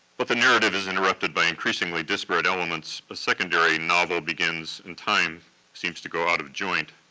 but the narrative is interrupted by increasingly disparate elements. a secondary novel begins, and time seems to go out of joint.